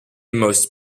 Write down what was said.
most